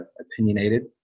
opinionated